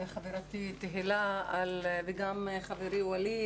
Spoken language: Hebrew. חברתי תהלה וגם חברי ווליד,